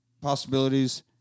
possibilities